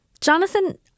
Jonathan